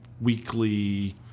weekly